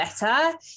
better